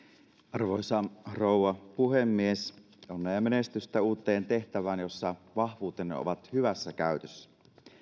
arvoisa rouva puhemies onnea ja menestystä uuteen tehtävään jossa vahvuutenne ovat hyvässä käytössä